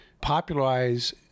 popularize